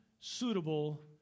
suitable